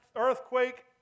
earthquake